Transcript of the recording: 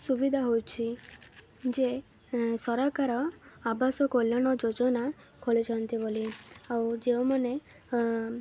ସୁବିଧା ହେଉଛି ଯେ ସରକାର ଆବାସ କଲ୍ୟାଣ ଯୋଜନା ଖୋଲିଛନ୍ତି ବୋଲି ଆଉ ଯେଉଁମାନେ